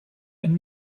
een